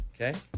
Okay